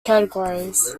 categories